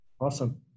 Awesome